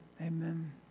amen